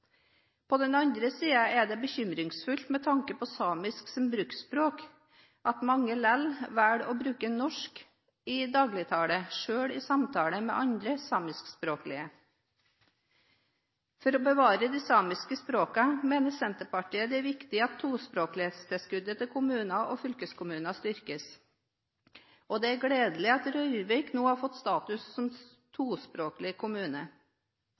På den andre siden er det bekymringsfullt med tanke på samisk som bruksspråk at mange lell velger å bruke norsk i dagligtale, selv i samtale med andre samiskspråklige. For å bevare de samiske språkene mener Senterpartiet det er viktig at tospråklighetstilskuddet til kommuner og fylkeskommuner styrkes, og det er gledelig at Røyrvik nå har fått status som tospråklig kommune.